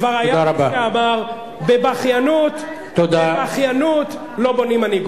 כבר היה מי שאמר: בבכיינות לא בונים מנהיגות.